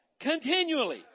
continually